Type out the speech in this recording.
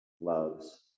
loves